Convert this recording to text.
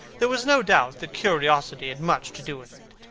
there was no doubt that curiosity had much to do with it,